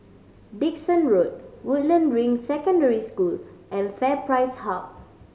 Dickson Road Woodland Ring Secondary School and FairPrice Hub